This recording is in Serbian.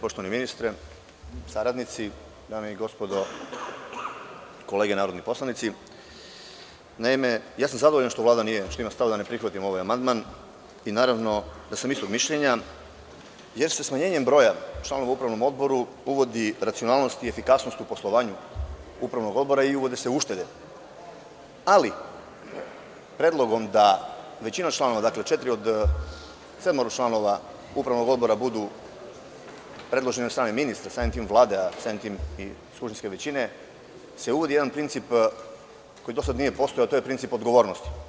Poštovani ministre, saradnici, ja sam zadovoljan što Vlada ima stav da ne prihvati ovaj amandman i naravno da sam mišljenja, jer se smanjenjem broja članova u upravnom odboru uvodi racionalnost i efikasnost u poslovanju upravnog odbora i uvode se uštede, ali predlogom većine članova, dakle, četiri od sedmoro članova upravnog odbora, da budu predloženi od strane ministra, samim tim Vlade, pa samim tim i skupštinske većine, uvodi se jedan princip koji do sada nije postojao, a to je princip odgovornosti.